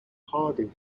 harding